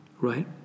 Right